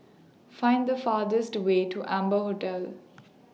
Find The fastest Way to Amber Hotel